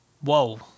Whoa